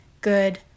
good